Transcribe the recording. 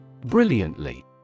brilliantly